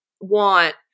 want